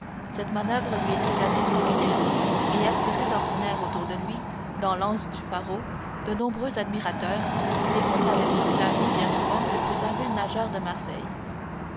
cette manoeuvre lui était jadis familière et attirait d'ordinaire autour de lui dans l'anse du pharo de nombreux admirateurs lesquels l'avaient proclamé bien souvent le plus habile nageur de marseille